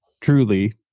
truly